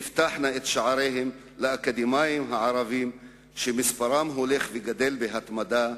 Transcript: תפתחנה את שעריהן לאקדמאים הערבים שמספרם הולך וגדל בהתמדה,